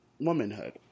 womanhood